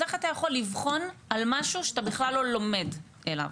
אז איך אתה יכול לבחון על משהו שאתה בכלל לא לומד אליו?